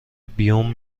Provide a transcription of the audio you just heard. بیوم